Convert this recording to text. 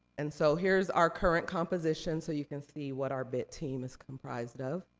and so, here's our current composition so you can see what our bit team is comprised of.